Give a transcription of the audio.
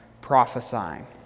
prophesying